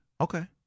Okay